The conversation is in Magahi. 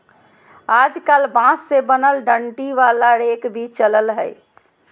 आजकल बांस से बनल डंडी वाला रेक भी चलल हय